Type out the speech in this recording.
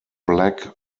black